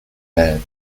prepared